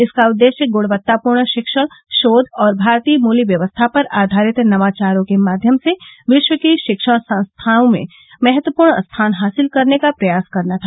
इसका उद्देश्य गुणवत्तापूर्ण शिक्षण शोघ और भारतीय मूल्य व्यवस्था पर आधारित नवाचारों के माध्यम से विश्व की शिक्षण संस्थाओं में महत्वपूर्ण स्थान हासिल करने का प्रयास करना था